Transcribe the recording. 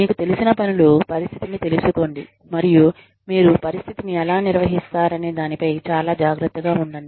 మీకు తెలిసిన పనులు పరిస్థితిని తెలుసుకోండి మరియు మీరు పరిస్థితిని ఎలా నిర్వహిస్తారనే దానిపై చాలా జాగ్రత్తగా ఉండండి